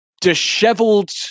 disheveled